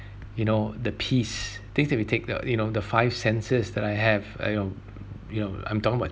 you know the peace things that we take the you know the five senses that I have you know you know I'm talking about